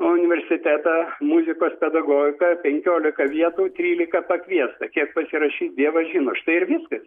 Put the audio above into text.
universitetą muzikos pedagogika penkiolika vietų trylika pakviesta kiek pasirašys dievas žino štai ir viskas